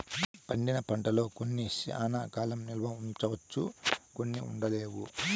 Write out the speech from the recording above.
పండిన పంటల్లో కొన్ని శ్యానా కాలం నిల్వ ఉంచవచ్చు కొన్ని ఉండలేవు